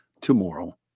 tomorrow